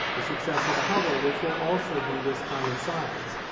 the successor to hubble, which will also do this kind of science.